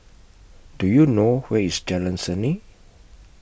Do YOU know Where IS Jalan Seni